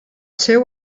seu